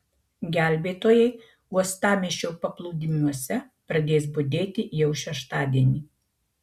gelbėtojai uostamiesčio paplūdimiuose pradės budėti jau šeštadienį